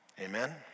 Amen